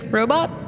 robot